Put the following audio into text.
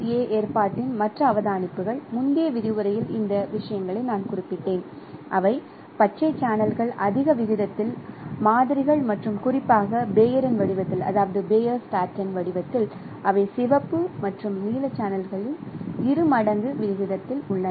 ஏ ஏற்பாட்டின் மற்ற அவதானிப்புகள் முந்தைய விரிவுரையில் இந்த விஷயங்களை நான் குறிப்பிட்டேன் அவை பச்சை சேனல்கள் அதிக விகிதத்தில் மாதிரிகள் மற்றும் குறிப்பாக பேயரின் வடிவத்தில் Bayer's pattern அவை சிவப்பு மற்றும் நீல சேனல்களின் இரு மடங்கு விகிதத்தில் உள்ளன